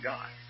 God